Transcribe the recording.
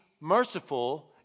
merciful